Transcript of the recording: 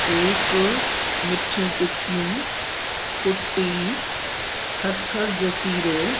cake मिठी टिक्कियूं कुट्टी खसखस जो सीरो